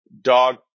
Dog